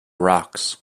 rocks